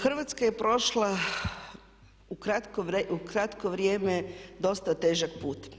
Hrvatska je prošla u kratkom vrijeme dosta težak put.